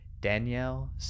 Danielle